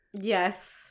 Yes